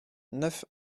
neuf